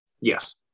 Yes